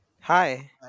hi